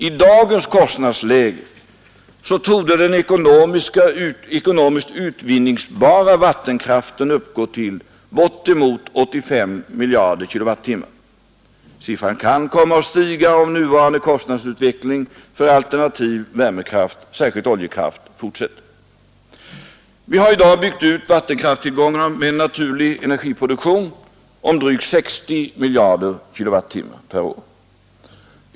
I dagens kostnadsläge torde den ekonomiskt utvinningsbara vattenkraften uppgå till bortemot 85 miljarder kilowattimmar, men siffran kan komma att stiga, om nuvarande kostnadsutveckling för alternativ värmekraft — särskilt oljekraft — fortsätter. Vi har i dag byggt ut vattenkraftstillgångar med en naturlig energiproduktion om drygt 60 miljarder kilowattimmar per år.